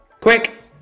Quick